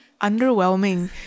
underwhelming